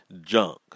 junk